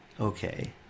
okay